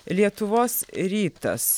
lietuvos rytas